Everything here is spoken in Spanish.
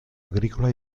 agrícola